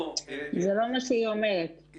זה לא מה שהיא אומרת.